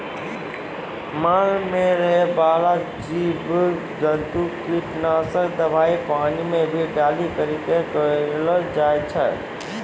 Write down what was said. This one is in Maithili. मान मे रहै बाला जिव जन्तु किट नाशक दवाई पानी मे भी डाली करी के करलो जाय छै